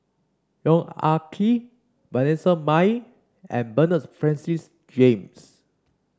Yong Ah Kee Vanessa Mae and Bernard Francis James